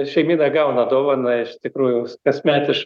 šeimyna gauna dovaną iš tikrųjų kasmet iš